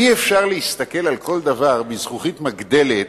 אי-אפשר להסתכל על כל דבר בזכוכית מגדלת,